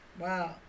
Wow